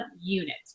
unit